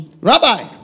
rabbi